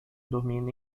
dormindo